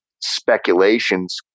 speculations